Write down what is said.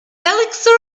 elixir